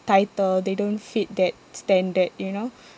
title they don't fit that standard you know